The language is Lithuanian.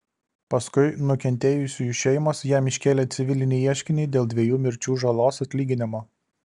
paskui nukentėjusiųjų šeimos jam iškėlė civilinį ieškinį dėl dviejų mirčių žalos atlyginimo